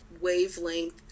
wavelength